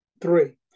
Three